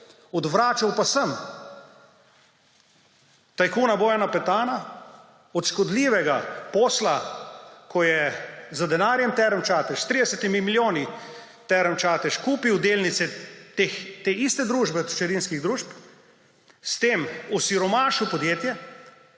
Odvračal pa sem tajkuna Bojana Petana od škodljivega posla, ko je z denarjem Term Čatež, s 30 milijoni Term Čatež, kupil delnice te iste družbe od hčerinskih družb, s tem osiromašil podjetje.